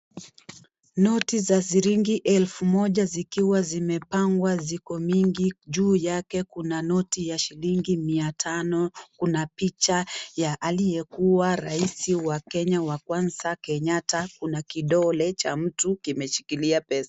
Noti za shilingi elfu moja zikiwa zimepangwa ziko mingi juu yake kuna noti ya shilingi mia tano, kuna picha ya aliyekuwa rais wa Kenya wa kwanza Kenyatta, kuna kidole cha mtu kimeshikilia pesa.